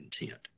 intent